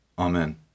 Amen